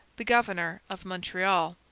the governor of montreal,